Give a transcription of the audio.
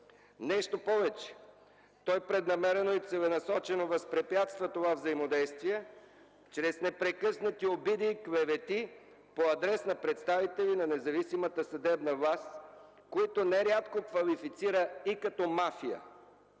Нещо повече, той преднамерено и целенасочено възпрепятства това взаимодействие чрез непрекъснати обиди и клевети по адрес на представители на независимата съдебна власт, които не рядко квалифицира и като мафия.